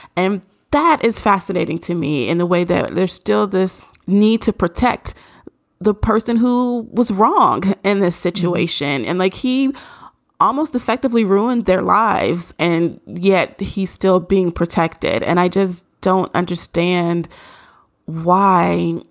and that is fascinating to me in the way that there's still this need to protect the person who was wrong in this situation. and like, he almost effectively ruined their lives and yet he's still being protected. and i just don't understand why,